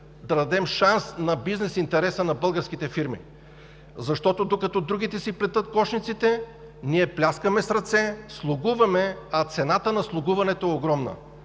и дадем шанс на бизнес интереса на българските фирми. Защото, докато другите си плетат кошниците, ние пляскаме с ръце, слугуваме, а цената на слугуването е огромна.